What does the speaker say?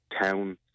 town